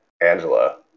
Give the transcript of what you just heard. Angela